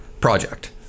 project